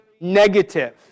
negative